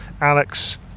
Alex